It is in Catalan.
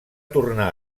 tornar